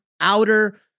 outer